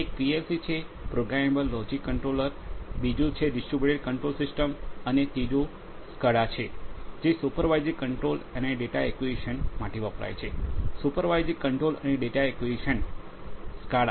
એક પીએલસી છે programmable logic controller બીજું છે ડિસ્ટ્રિબ્યુટેડ કંટ્રોલ સિસ્ટમ્સ અને ત્રીજો સ્કાડા છે જે સુપરવાઇઝરી કંટ્રોલ અને ડેટા એક્વિઝિશન માટે વપરાય છે સુપરવાઇઝરી કંટ્રોલ અને ડેટા એક્વિઝિશન સ્કાડા